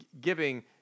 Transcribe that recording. giving